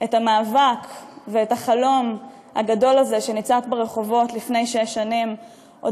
את המאבק ואת החלום הגדול הזה שנצעק ברחובות לפני שש שנים עוד